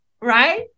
right